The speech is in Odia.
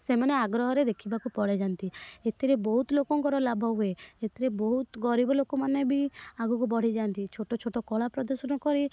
ସେମାନେ ଆଗ୍ରହରେ ଦେଖିବାକୁ ପଳାଇଯାଆନ୍ତି ଏଥିରେ ବହୁତ ଲୋକଙ୍କର ଲାଭ ହୁଏ ଏଥିରେ ବହୁତ ଗରିବ ଲୋକମାନେ ବି ଆଗକୁ ବଢ଼ିଯାଆନ୍ତି ଛୋଟ ଛୋଟ କଳା ପ୍ରଦର୍ଶନ କରି